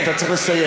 כי אתה צריך לסיים.